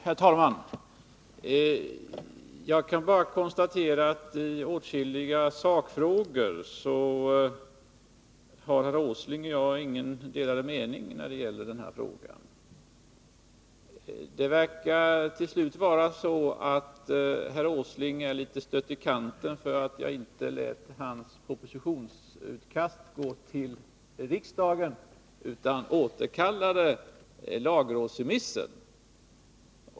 Herr talman! Jag kan bara konstatera att i åtskilliga sakfrågor har herr Åsling och jag inga delade meningar. Det verkar som om herr Åsling är litet stött i kanten för att jag inte lät hans propositionsutkast gå till riksdagen utan återkallade lagrådsremissen.